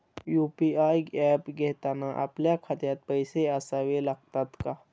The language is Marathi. यु.पी.आय ऍप घेताना आपल्या खात्यात पैसे असावे लागतात का?